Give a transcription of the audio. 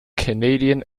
canadian